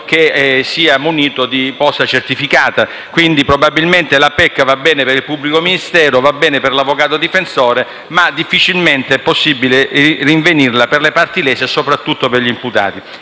che sia munito di posta certificata, quindi probabilmente la PEC va bene per il pubblico ministero, va bene per l'avvocato difensore, ma difficilmente è possibile rinvenirla per le parti lese e, soprattutto, per gli imputati.